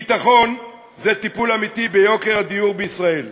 ביטחון זה טיפול אמיתי ביוקר הדיור בישראל.